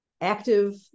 active